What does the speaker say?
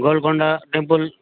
Golconda temple